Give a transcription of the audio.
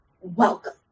welcome